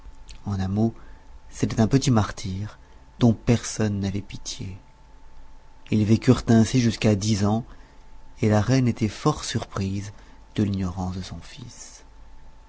en un mot c'était un petit martyr dont personne n'avait pitié ils vécurent ainsi jusqu'à dix ans et la reine était fort surprise de l'ignorance de son fils